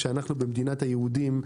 כשאנחנו במדינת היהודים,